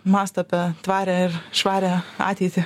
mąsto apie tvarią ir švarią ateitį